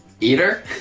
Eater